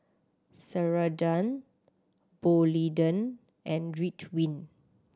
Ceradan Polident and Ridwind